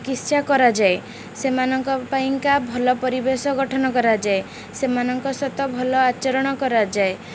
ଚିକିତ୍ସା କରାଯାଏ ସେମାନଙ୍କ ପାଇଁକା ଭଲ ପରିବେଶ ଗଠନ କରାଯାଏ ସେମାନଙ୍କ ସହିତ ଭଲ ଆଚରଣ କରାଯାଏ